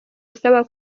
usaba